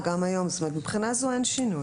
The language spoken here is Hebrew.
זאת אומרת, מבחינה זו אין שינוי.